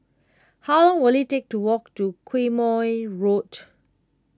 how will it take to walk to Quemoy Road